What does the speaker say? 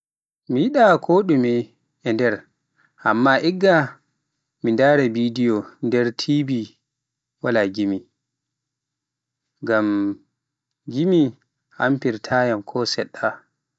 Mi yiɗa koɗume e nder, amma igga mi ndara bidiyo nder TV wala gimi, ngam gimi amfirata yam ko seɗɗa